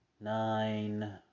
nine